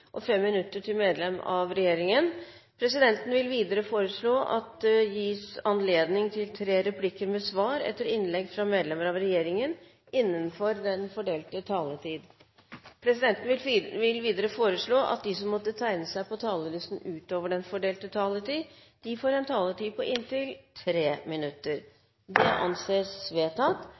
og 5 minutter til medlem av regjeringen. Videre vil presidenten foreslå at det blir gitt anledning til tre replikker med svar etter innlegg fra medlemmer av regjeringen innenfor den fordelte taletid. Videre blir det foreslått at de som måtte tegne seg på talerlisten utover den fordelte taletid, får en taletid på inntil 3 minutter. – Det anses vedtatt.